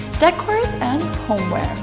decors and homeware.